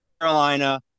Carolina